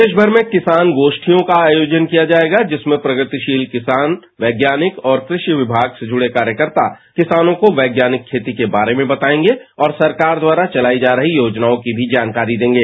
प्रदेशमर में किसान गोषियों का आयोजन किया जाएगा जिसमें प्रगतिशील किसान वैज्ञानिक और कृषि विभाग से जुड़े कार्यकर्ता किसानों को पैज्ञानिक खेती के बारे में बताएंगे और सरकार द्वारा चलाई जा रही योजनाओं की भी जानकारी देंगे